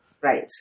right